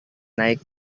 naik